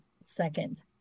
second